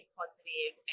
positive